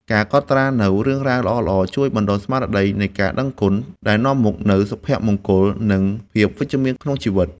ការកត់ត្រានូវរឿងរ៉ាវល្អៗជួយបណ្ដុះស្មារតីនៃការដឹងគុណ ដែលនាំមកនូវសុភមង្គល និងភាពវិជ្ជមានក្នុងជីវិត។